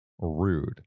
Rude